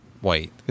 white